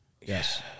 Yes